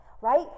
right